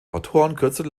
autorenkürzel